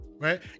Right